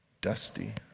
dusty